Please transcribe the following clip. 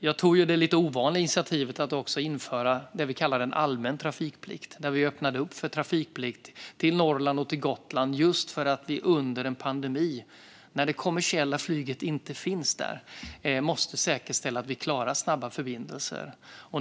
Jag tog det lite ovanliga initiativet att också införa det vi kallar en allmän trafikplikt. Vi öppnade upp för trafikplikt till Norrland och Gotland just för att vi under en pandemi, när det kommersiella flyget inte finns där, måste säkerställa att vi klarar snabba förbindelser.